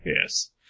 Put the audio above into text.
Yes